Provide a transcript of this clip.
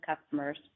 customers